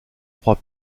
trois